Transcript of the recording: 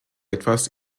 etwas